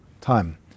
time